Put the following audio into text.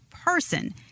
person